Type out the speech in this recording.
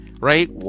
right